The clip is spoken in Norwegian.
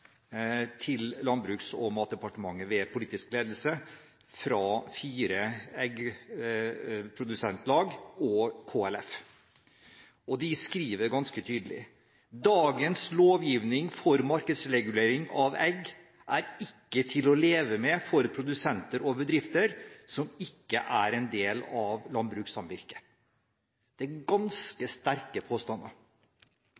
til Landbruks- og matdepartementet ved politisk ledelse fra fire eggprodusentlag og KLF. De skriver ganske tydelig: «Dagens lovgivning for markedsregulering av egg er ikke til å leve med for produsenter og bedrifter som ikke er en del av landbrukssamvirke.» Det er ganske